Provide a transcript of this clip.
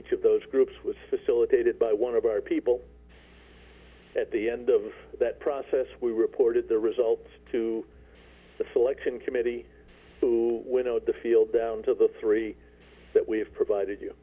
each of those groups was facilitated by one of our people set the end of that process we reported the results to the selection committee foo with the field down to the three that we have provided you